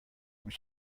when